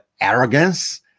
arrogance